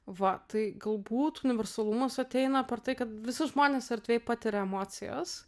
va tai galbūt universalumas ateina per tai kad visi žmonės erdvėj patiria emocijas